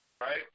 Right